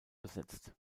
besetzt